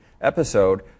episode